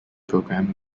program